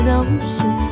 ocean